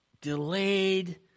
delayed